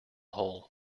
hole